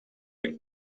ben